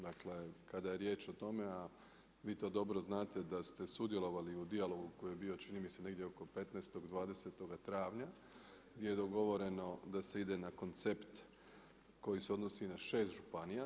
Dakle, kada je riječ o tome, a vi to dobro znate da ste sudjelovali u dijalogu koji je bio čini mi se negdje oko 15., 20. travnja gdje je dogovoreno da se ide na koncept koji se odnosi na šest županija.